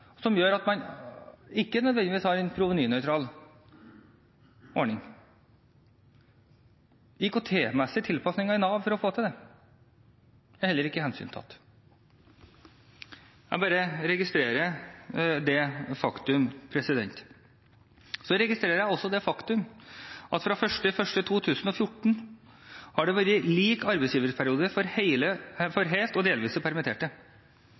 som gjør at man ikke nødvendigvis har en provenynøytral ordning. IKT-messige tilpasninger i Nav for å få til det er heller ikke hensyntatt. Jeg bare registrerer det faktum. Så registrerer jeg også det faktum at fra 1. januar 2014 har det vært lik arbeidsgiverperiode for helt og delvis permitterte.